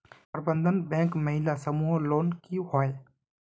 प्रबंधन बैंक महिला समूह लोन की होय?